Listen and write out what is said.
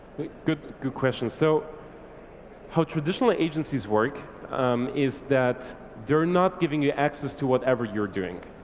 good good question. so how traditionally agencies work is that they're not giving you access to whatever you're doing.